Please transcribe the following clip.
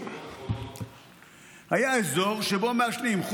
היה אזור שמעשנים בו.